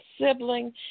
sibling